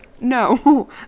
no